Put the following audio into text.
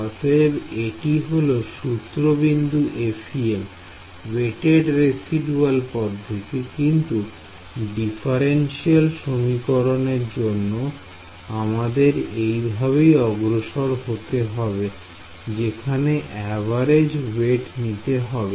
অতএব এটি হলো সূত্র বিন্দু FEM ওয়েটেড রেসিদুয়াল পদ্ধতি কোন ডিফারেন্সিয়াল সমীকরণের জন্য আমরাদের এই ভাবেই অগ্রসর হতে হবে যেখানে অ্যাভারেজ ওয়েট নিতে হবে